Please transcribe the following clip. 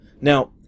Now